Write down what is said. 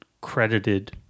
credited